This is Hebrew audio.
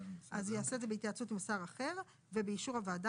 אז הוא יעשה את זה בהתייעצות עם שר אחר ובאישור הוועדה.